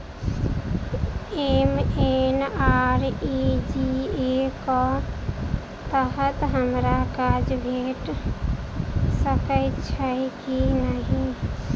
MNREGA कऽ तहत हमरा काज भेट सकय छई की नहि?